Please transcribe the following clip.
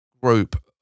group